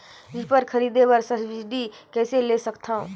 Reaper खरीदे बर subsidy कइसे ले सकथव?